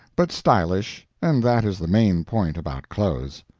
but stylish, and that is the main point about clothes.